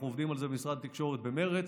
אנחנו עובדים על זה במשרד התקשורת במרץ,